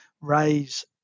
raise